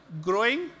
growing